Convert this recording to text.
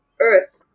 earth